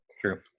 True